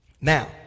Now